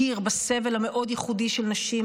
הכיר בסבל המאוד-ייחודי של נשים,